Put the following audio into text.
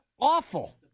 awful